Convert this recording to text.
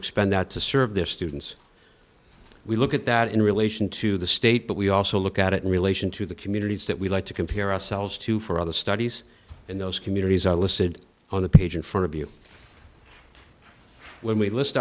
expend that to serve their students we look at that in relation to the state but we also look at it in relation to the communities that we like to compare ourselves to for other studies in those communities are listed on the page in front of you when we list